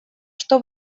что